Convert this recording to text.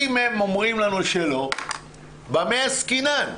אם הם אומרים לנו שלא, במה עסקינן?